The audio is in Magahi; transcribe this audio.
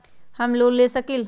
हम लोन ले सकील?